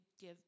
Give